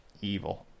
evil